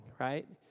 Right